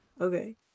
okay